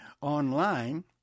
online